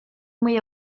mwy